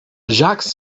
jacques